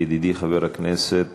ידידי חבר הכנסת